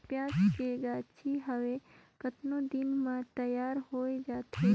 पियाज के गाछी हवे कतना दिन म तैयार हों जा थे?